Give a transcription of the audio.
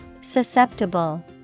Susceptible